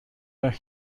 euch